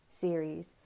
series